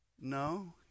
No